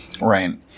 Right